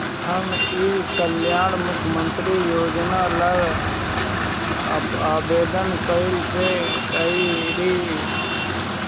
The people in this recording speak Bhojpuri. हम ई कल्याण मुख्य्मंत्री योजना ला आवेदन कईसे करी?